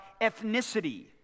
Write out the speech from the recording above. ethnicity